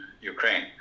ukraine